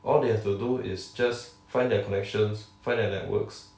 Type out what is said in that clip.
all they have to do is just find their connections find their networks